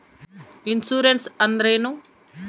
Insurance ಅಂದ್ರೇನು?